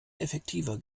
effektiver